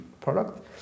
product